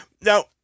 Now